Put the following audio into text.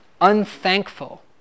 unthankful